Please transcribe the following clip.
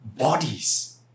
bodies